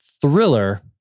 Thriller